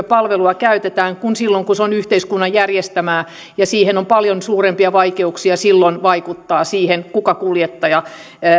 palvelua käytetään kuin silloin kun se on yhteiskunnan järjestämää ja silloin on paljon suurempia vaikeuksia vaikuttaa siihen kuka kuljettaja